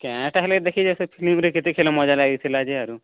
କାଏଁ ଟା ହେଲେ ଦେଖି ଯାସୁ ଫିଲିମରେ କେ ଦେଖିଲେ ମଜା ଲାଗିଥିଲା ଯେ ଆରୁ